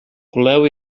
coleu